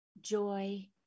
joy